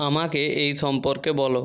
আমাকে এই সম্পর্কে বলো